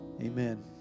amen